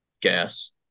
gas